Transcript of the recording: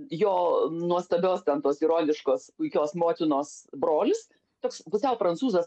jo nuostabios ten tos ironiškos puikios motinos brolis toks pusiau prancūzas